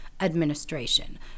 administration